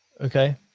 okay